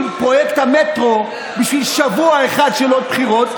פרויקט המטרו בשביל שבוע אחד של בחירות,